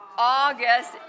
August